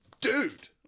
dude